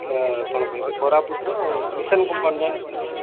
ଏ କ'ଣ କହିବେ କୋରାପୁଟର ମିଶନ୍ କମ୍ପାଉଣ୍ଡ୍ ଜାଣିଛନ୍ତି